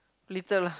little lah